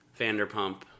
Vanderpump